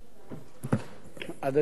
גברתי היושבת-ראש, סליחה,